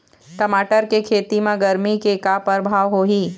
टमाटर के खेती म गरमी के का परभाव होही?